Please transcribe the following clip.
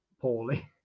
poorly